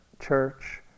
Church